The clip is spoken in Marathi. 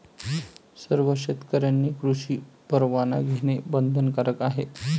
सर्व शेतकऱ्यांनी कृषी परवाना घेणे बंधनकारक आहे